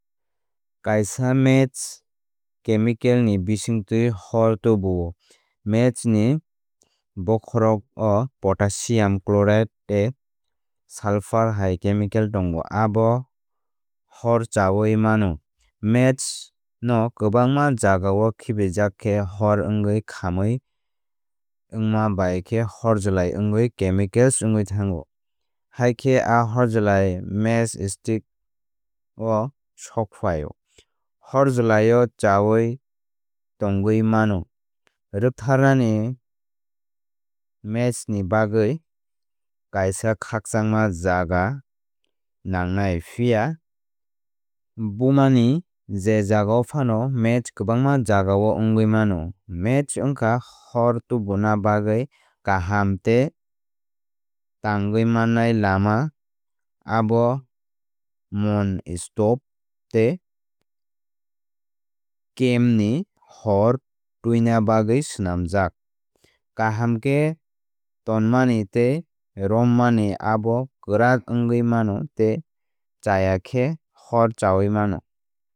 Kaisa match chemical ni bisingtwi hór tubuo. Match ni bokhorok o potassium chloride tei sulfar hai chemical tongo abo hór cháui mano. Match no kwbangma jagao khibijak khe hor wngui khamoui wngma bai khe hórjlai wngwi chemicals wngwi thango. Haikhe a hórjlai match sticko sók phaio hórjlaio cháui tongwi mano. Rwktharnani match ni bagwi kaisa khakchangma jaga nangnai phiya bumani je jagao phano match kwbangma jagao wngwi mano. Match wngkha hór tubuna bagwi kaham tei tangwi mannai lama abo moum stove tei campni hór tẃina bagwi swnamjak. Kaham khe tonmani tei rommani abo kwrak wngwi mano tei chaya khe hór cháui mano.